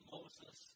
Moses